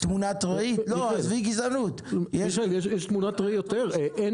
זה סוג של תמונת ראי --- יש תמונת ראי יותר -- -אין